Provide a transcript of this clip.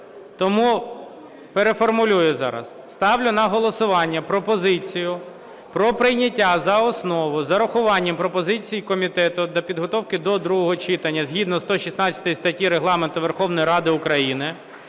тому переформулюю зараз. Ставлю на голосування пропозицію про прийняття за основу з урахуванням пропозицій комітету до підготовки до другого читання згідно 116 статті Регламенту Верховної Ради України